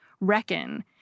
reckon